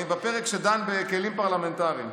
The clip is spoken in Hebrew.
אני בפרק שדן בכלים פרלמנטריים.